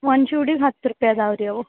ಒಂದ್ ಜೋಡಿಗೆ ಹತ್ತು ರೂಪಾಯಿ ಅದಾವೆ ರೀ ಅವು